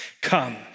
Come